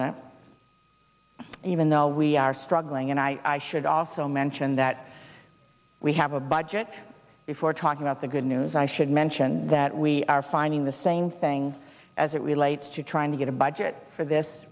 president even though we are struggling and i should also mention that we have a budget if we're talking about the good news i should mention that we are finding the same thing as it relates to trying to get a budget for this